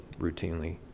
routinely